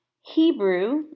Hebrew